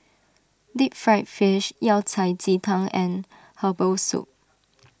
Deep Fried Fish Yao Cai Ji Yang and Herbal Soup